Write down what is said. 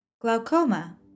Glaucoma